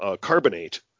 carbonate